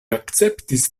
akceptis